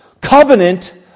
covenant